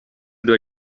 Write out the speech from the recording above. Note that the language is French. dois